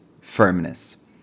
firmness